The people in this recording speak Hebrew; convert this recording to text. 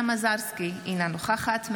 אינו נוכח טטיאנה מזרסקי,